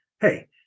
hey